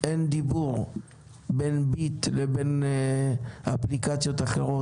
אין דיבור בין ביט לבין האפליקציות האחרות.